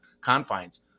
confines